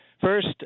first